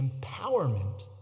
empowerment